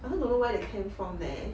I also don't know where they came from eh